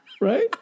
Right